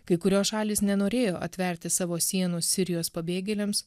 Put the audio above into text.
kai kurios šalys nenorėjo atverti savo sienų sirijos pabėgėliams